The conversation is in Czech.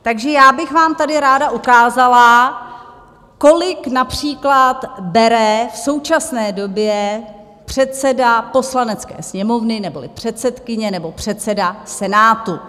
Takže já bych vám tady ráda ukázala, kolik například bere v současné době předseda Poslanecké sněmovny neboli předsedkyně nebo předseda Senátu.